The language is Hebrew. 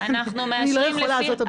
אני לא יכולה, זאת הבעיה.